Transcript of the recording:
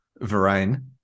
Varane